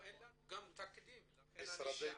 לא, גם אין לנו תקדים לכך, לכן שאלתי.